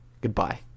goodbye